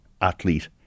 athlete